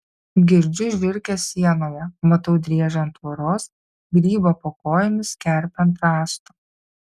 girdžiu žiurkes sienoje matau driežą ant tvoros grybą po kojomis kerpę ant rąsto